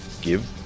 give